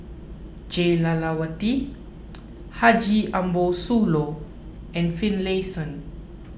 Jah Lelawati Haji Ambo Sooloh and Finlayson